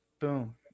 Boom